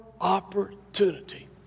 opportunity